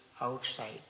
outside